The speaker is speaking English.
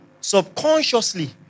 subconsciously